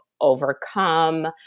overcome